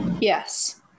Yes